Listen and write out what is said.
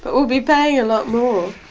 but will be paying a lot more.